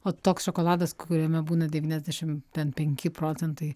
o toks šokoladas kuriame būna devyniasdešim ten penki procentai